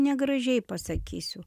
negražiai pasakysiu